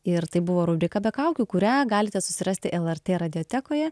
ir tai buvo rubrika be kaukių kurią galite susirasti lrt radijotekoje